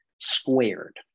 squared